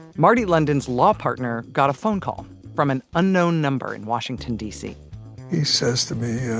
marty london's law partner got a phone call from an unknown number in washington, dc he says to me,